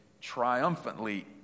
triumphantly